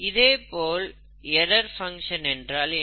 இதேபோல் error function என்றால் என்ன